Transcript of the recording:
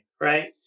right